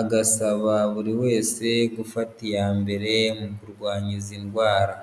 agasaba buri wese gufata iya mbere mu kurwanya izi ndwara.